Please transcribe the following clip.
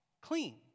clean